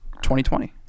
2020